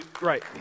Right